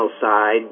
side